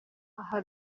aha